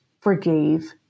forgave